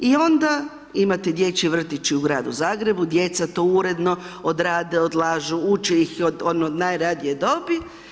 I onda, imate dječji vrtić i u gradu Zagrebu, djeca to uredno odrade, odlažu, uče ih od najranije dobi.